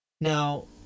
Now